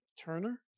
Turner